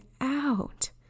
out